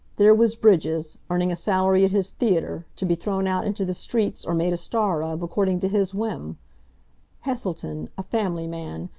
there was bridges, earning a salary at his theatre, to be thrown out into the streets or made a star of, according to his whim heselton, a family man,